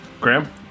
Graham